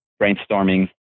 brainstorming